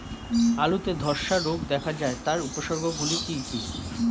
আলুতে ধ্বসা রোগ দেখা দেয় তার উপসর্গগুলি কি কি?